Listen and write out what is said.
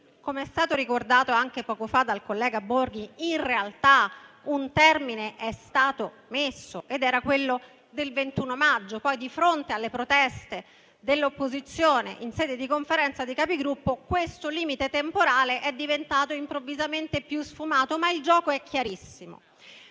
come è stato ricordato anche poco fa dal collega Enrico Borghi - in realtà un termine è stato messo ed era quello del 21 maggio; poi, di fronte alle proteste dell'opposizione in sede di Conferenza dei Capigruppo, questo limite temporale è diventato improvvisamente più sfumato, ma il gioco è chiarissimo.